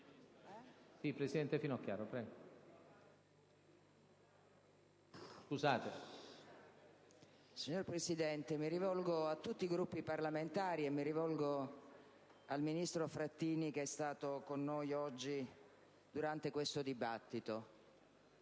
Signor Presidente, mi rivolgo a tutti i Gruppi parlamentari e al ministro Frattini, che è stato con noi oggi durante il dibattito.